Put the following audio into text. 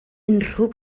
unrhyw